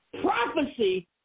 Prophecy